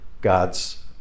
God's